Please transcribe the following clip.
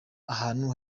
ahantu